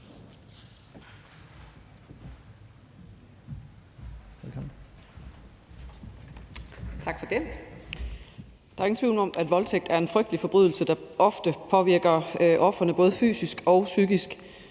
Der er jo ingen tvivl om, at voldtægt er en frygtelig forbrydelse, der ofte påvirker ofrene både fysisk og psykisk.